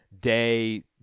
day